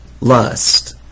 lust